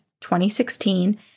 2016